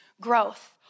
growth